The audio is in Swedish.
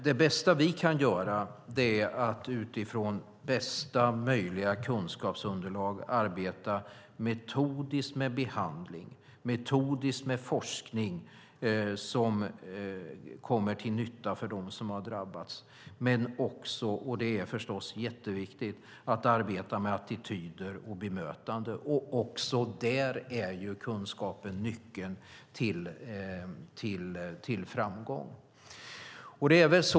Det bästa vi kan göra är att utifrån bästa möjliga kunskapsunderlag arbeta metodiskt med behandling och forskning som kommer till nytta för dem som har drabbats men också, och det är viktigt, att arbeta med attityder och bemötande. Även där är kunskapen nyckeln till framgång.